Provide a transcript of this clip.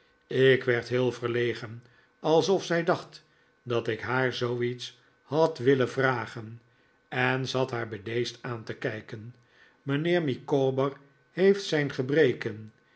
ik werd heel verlegen alsof zij dacht dat ik haar zoo iets had willen vragen en zat haar bedeesd aan te kijken mijnheer micawber heeft zijn gebreken